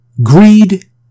Greed